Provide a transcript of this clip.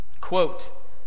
Quote